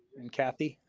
and kathy.